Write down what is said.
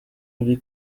muri